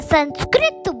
Sanskrit